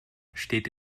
steht